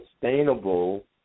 sustainable